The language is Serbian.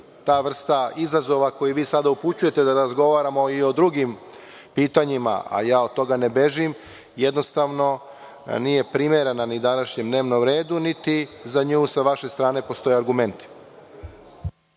ta vrsta izazova koji vi sada upućujete da razgovaramo i o drugim pitanjima, a od toga ne bežim, jednostavno nije primerena ni današnjem dnevnom redu, niti za nju sa vaše strane postoje argumenti.